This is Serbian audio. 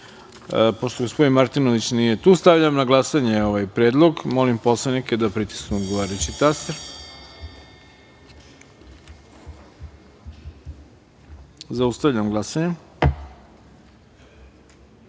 gospodin Martinović nije tu, stavljam na glasanje ovaj predlog. Molim poslanike da pritisnu odgovarajući taster. Zaustavljam glasanje: